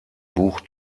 buch